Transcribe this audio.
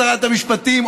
שרת המשפטים,